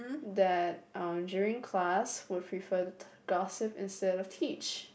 that uh during class would prefer to gossip instead of teach